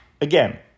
again